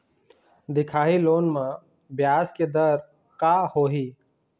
दिखाही लोन म ब्याज के दर का होही?